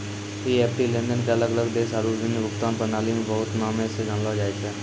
EFT लेनदेन के अलग देशो आरु विभिन्न भुगतान प्रणाली मे बहुते नाम से जानलो जाय छै